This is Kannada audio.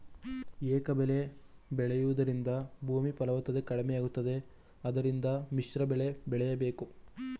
ಏಕಬೆಳೆ ಬೆಳೆಯೂದರಿಂದ ಭೂಮಿ ಫಲವತ್ತತೆ ಕಡಿಮೆಯಾಗುತ್ತದೆ ಆದ್ದರಿಂದ ಮಿಶ್ರಬೆಳೆ ಬೆಳೆಯಬೇಕು